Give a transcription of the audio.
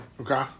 Okay